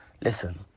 Listen